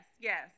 yes